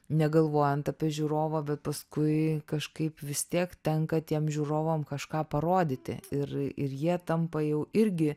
negalvojant apie žiūrovą bet paskui kažkaip vis tiek tenka tiem žiūrovam kažką parodyti ir ir jie tampa jau irgi